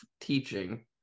teaching